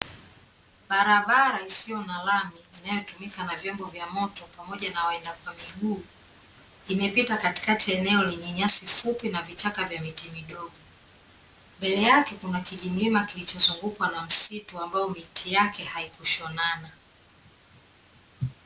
Barabara isiyo na lami inayotumika na vyombo vya moto pamoja na waenda kwa miguu, imepita katikati ya eneo lenye nyasi fupi na vichaka vya miti midogo. Mbele yake kuna kijimlima kilichozungukwa na msitu ambao miti yake haikushonana.